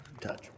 touch